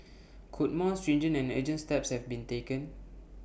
could more stringent and urgent steps have been taken